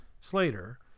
Slater